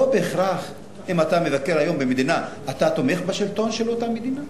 לא בהכרח אם אתה מבקר היום במדינה אתה תומך בשלטון של אותה מדינה.